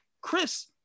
Chris